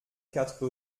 quatre